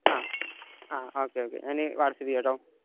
ആ ആ okay okay ഞാന് വാട്സപ്പ് ചെയ്യാം കേട്ടോ